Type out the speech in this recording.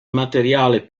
materiale